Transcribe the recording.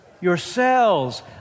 Yourselves